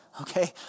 okay